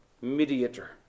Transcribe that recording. mediator